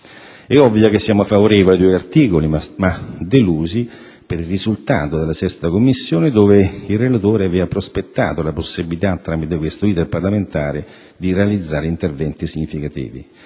È ovvio che siamo favorevoli ai due articoli, ma delusi per il risultato della 6a Commissione dove il relatore aveva prospettato la possibilità, tramite questo *iter* parlamentare, di realizzare interventi significativi.